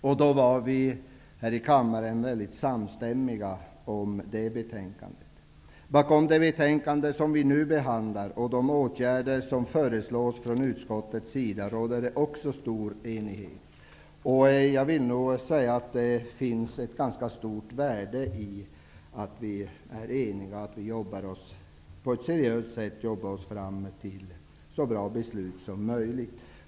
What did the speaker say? Vi var samstämmiga här i kammaren om det betänkandet. Det råder stor enighet om det betänkande vi nu behandlar och de åtgärder som föreslås från utskottets sida. Jag vill säga att det finns ett ganska stort värde i att vi är eniga och på ett seriöst sätt jobbar oss fram till så bra beslut som möjligt.